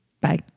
Bye